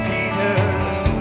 Peter's